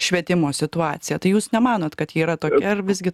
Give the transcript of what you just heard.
švietimo situacija tai jūs nemanot kad ji yra tokia ir visgi